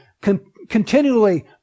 continually